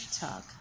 Talk